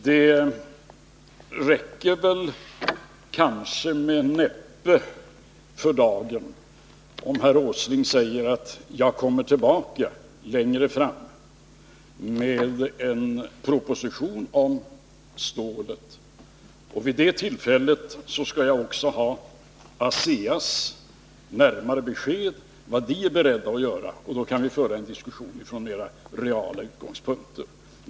Det räcker kanske med nöd och näppe för dagen om herr Åsling säger: Jag kommer tillbaka längre fram med en proposition om stålet — vid det tillfället skall jag också ha närmare besked om vad ASEA är berett att göra, och då kan vi föra en diskussion från mera reala utgångspunkter.